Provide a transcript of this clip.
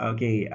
Okay